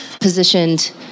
positioned